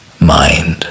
mind